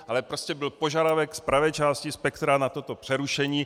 Ale prostě byl požadavek z pravé části spektra na toto přerušení.